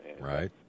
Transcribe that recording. right